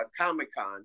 Comic-Con